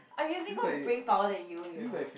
I'm using more brain power than you you know